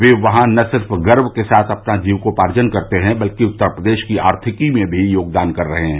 वे वहां न सिर्फ गर्व के साथ अपनी जीविकोपार्जन कस्ते हैं बल्कि उत्तर प्रदेश की आर्थिकी में भी योगदान कर रहे हैं